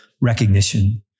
recognition